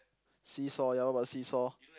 seesaw ya what about seesaw